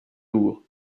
lourds